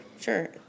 Sure